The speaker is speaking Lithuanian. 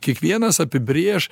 kiekvienas apibrėš